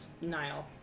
Nile